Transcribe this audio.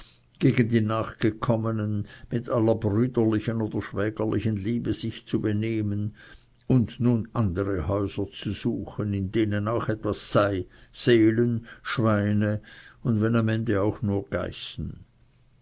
gegen die nachgekommenen mit aller brüderlichen und schwägerlichen liebe sich zu benehmen und nun andere häuser zu suchen in denen auch etwas sei seelen schweine und wenn am ende auch nur geißen